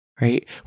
right